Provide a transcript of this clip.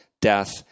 death